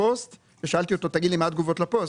שאלתי אותו מה התגובות לפוסט,